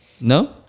no